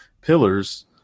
pillars